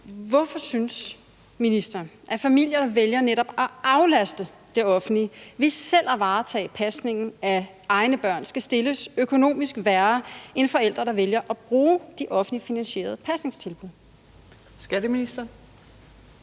Hvorfor synes ministeren, at familier, der vælger netop at aflaste det offentlige ved selv at varetage pasningen af egne børn, skal stilles økonomisk værre end forældre, der vælger at bruge de offentligt finansierede pasningstilbud? Kl.